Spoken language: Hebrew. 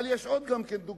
אבל יש עוד דוגמאות,